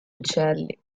uccelli